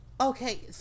okay